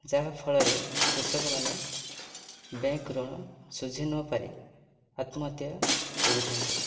ଯାହାଫଳରେ କୃଷକମାନେ ବ୍ୟାଙ୍କ ଋଣ ଶୁଝି ନପାରି ଆତ୍ମହତ୍ୟା କରୁଛନ୍ତି